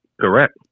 correct